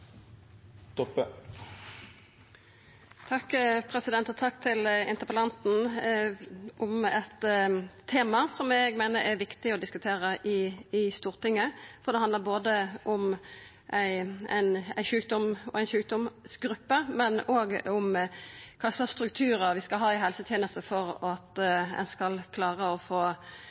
Takk til interpellanten for at ho tar opp eit tema som eg meiner det er viktig å diskutera i Stortinget, for det handlar både om ein sjukdom og ei sjukdomsgruppe og om kva slags strukturar vi skal ha i helsetenesta for at ein skal klara både å førebyggja og få